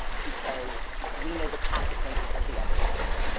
because we know the consequences of the other side.